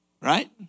right